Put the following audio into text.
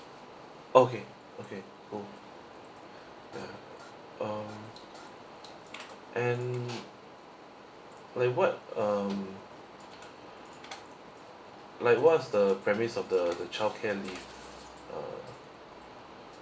okay okay cool ya um and like what um like what's the premise of the the childcare leave uh